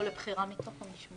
או לבחירה מתוך המשמר.